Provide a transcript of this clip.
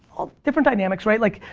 different dynamics, right? like,